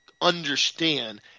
understand